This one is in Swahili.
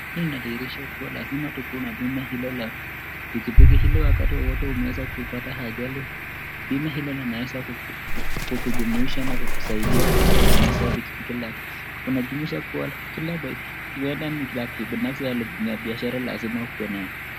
Hii inadhihirisha kuwa lazima tukue na bima hilo la pikipiki ili wakati wowote umeweza kupata ajali bima hilo linaweza kukujumuisha na kukusaidia na kukutengenezea pikipiki. Inajumuisha kuwa kila bike , huenda ni la kibinafsi au kibiashara lazima ukue nayo.